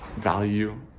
value